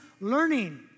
learning